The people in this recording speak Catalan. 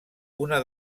una